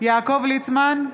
יעקב ליצמן,